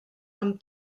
amb